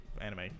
anime